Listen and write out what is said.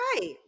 Right